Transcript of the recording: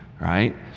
right